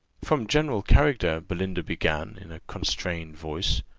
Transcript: from general character, belinda began, in a constrained voice.